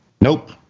nope